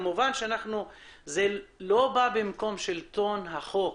כמובן שזה לא בא במקום שלטון החוק